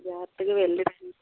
జాగ్రత్తగా వెళ్ళిరండి